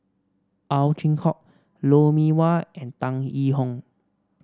Ow Chin Hock Lou Mee Wah and Tan Yee Hong